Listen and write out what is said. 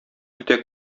көтә